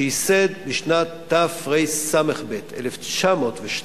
שייסד בשנת תרס"ב, 1902,